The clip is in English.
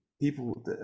people